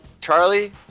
Charlie